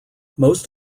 most